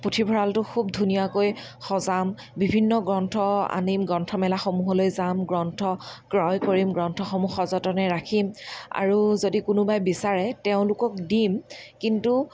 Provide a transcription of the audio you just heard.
পুথিভঁৰালটো খুব ধুনীয়াকৈ সজাম বিভিন্ন গ্ৰন্থ আনিম গ্ৰন্থমেলাসমূহলৈ যাম গ্ৰন্থ ক্ৰয় কৰিম গ্ৰন্থসমূহত সযতনে ৰাখিম আৰু যদি কোনোবাই বিচাৰে তেওঁলোকক দিম কিন্তু